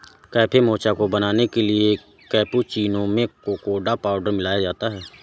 cafe mocha को बनाने के लिए कैप्युचीनो में कोकोडा पाउडर मिलाया जाता है